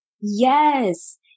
Yes